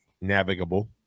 navigable